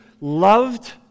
loved